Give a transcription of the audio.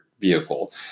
vehicle